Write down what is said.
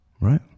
Right